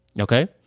okay